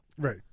right